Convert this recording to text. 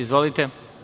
Izvolite.